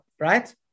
right